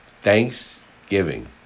Thanksgiving